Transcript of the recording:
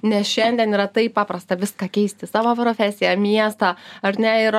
nes šiandien yra taip paprasta viską keisti savo profesiją miestą ar ne ir